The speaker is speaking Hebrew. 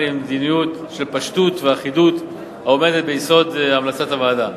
למדיניות של פשטות ואחידות העומדת ביסוד המלצות הוועדה.